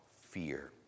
fear